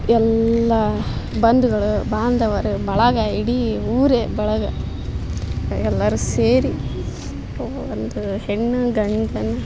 ಎಲ್ಲ ಬಂಧುಗಳು ಬಾಂಧವರು ಬಳಗ ಇಡೀ ಊರೇ ಬಳಗ ಎಲ್ಲರೂ ಸೇರಿ ಒಂದು ಹೆಣ್ಣು ಗಂಡನ್ನು